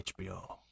HBO